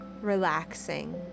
relaxing